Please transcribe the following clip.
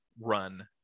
run